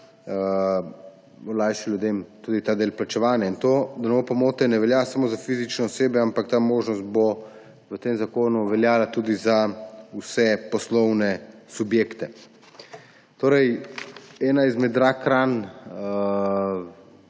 olajšali ljudem tudi ta del plačevanja. To, da ne bo pomote, ne velja samo za fizične osebe, ta možnost bo v tem zakonu veljala tudi za vse poslovne subjekte. Ena izmed rakran